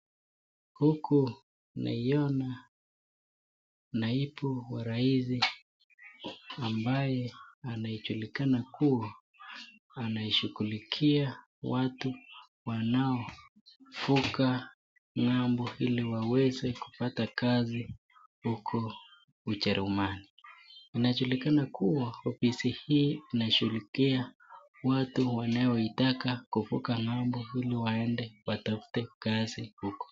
Huku tunaiona Naibu ya rais ambaye najulikana kuwa anashughulikia watu ili wanaovuka ng'ambo ili waweze kupata kazi huko ujerumani. Inajulikana kuwa ofisi hii inashughulikia watu wanaovuka ng'ambo ili waende watafute kazi huko.